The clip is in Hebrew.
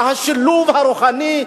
זה השילוב הרוחני,